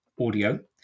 audio